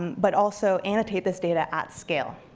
but also annotate this data at scale.